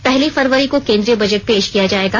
पहली फरवरी को केन्द्रीय बजट पेश किया जायेगा